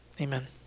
Amen